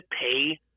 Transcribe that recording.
pay